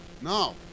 No